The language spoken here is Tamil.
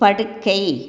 படுக்கை